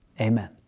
Amen